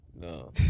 No